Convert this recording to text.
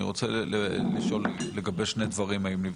אני רוצה לשאול לגבי שני דברים האם נבדקו,